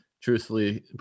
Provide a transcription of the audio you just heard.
truthfully